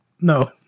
No